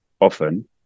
often